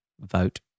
Vote